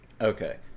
Okay